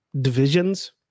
divisions